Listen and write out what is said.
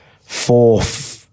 fourth